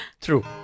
True